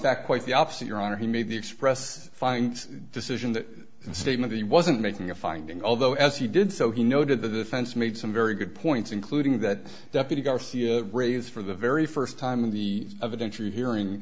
fact quite the opposite your honor he made the express find decision that statement he wasn't making a finding although as he did so he noted that the fence made some very good points including that deputy garcia raised for the very first time in the evidence you hearing